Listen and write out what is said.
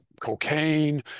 cocaine